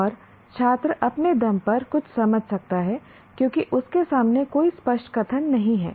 और छात्र अपने दम पर कुछ समझ सकता है क्योंकि उसके सामने कोई स्पष्ट कथन नहीं है